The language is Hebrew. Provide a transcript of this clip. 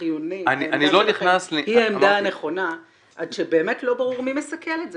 חיוני עד שבאמת לא ברור מי מסכל את זה.